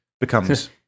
becomes